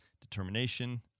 determination